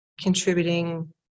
contributing